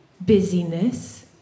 busyness